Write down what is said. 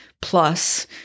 plus